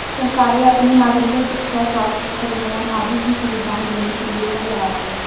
सरकारें अपने नागरिको शिक्षा, स्वस्थ्य, परिवहन आदि की सुविधाएं देने के लिए कर लगाती हैं